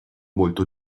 molto